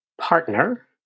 partner